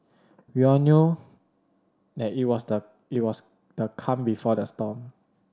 we all knew that it was the it was the calm before the storm